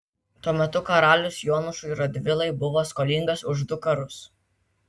tuo metu karalius jonušui radvilai buvo skolingas už du karus